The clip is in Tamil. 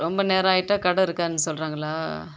ரொம்ப நேரம் ஆயிட்டால் கடை இருக்காதுன்னு சொல்கிறாங்களா